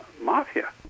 mafia